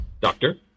Doctor